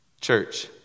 Church